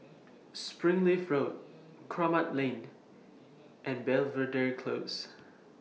Springleaf Road Kramat Lane and Belvedere Close